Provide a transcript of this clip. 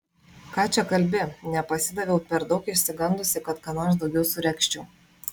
ką čia kalbi nepasidaviau per daug išsigandusi kad ką nors daugiau suregzčiau